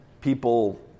people